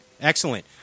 Excellent